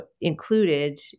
included